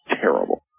terrible